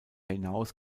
hinaus